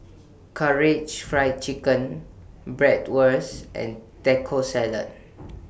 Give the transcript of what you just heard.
Karaage Fried Chicken Bratwurst and Taco Salad